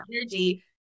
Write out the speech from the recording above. energy